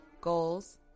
goals